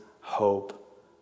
hope